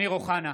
(קורא בשמות חברי הכנסת) אמיר אוחנה,